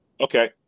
Okay